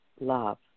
love